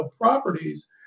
properties